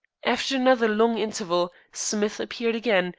after another long interval smith appeared again,